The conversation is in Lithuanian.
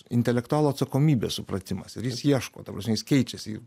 intelektualo atsakomybės supratimas ir jis ieško ta prasme jis keičiasi